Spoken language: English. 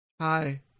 hi